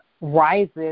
rises